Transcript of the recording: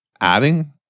adding